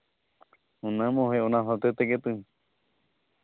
ᱚᱱᱟ ᱦᱚᱸ ᱦᱩᱭᱩᱜᱼᱟ ᱚᱱᱟ ᱦᱚᱛᱮᱡ ᱛᱮᱜᱮ ᱛᱚᱧ